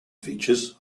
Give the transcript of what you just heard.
features